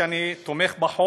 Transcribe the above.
אתחיל בזה שאני תומך בחוק,